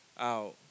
out